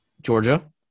Georgia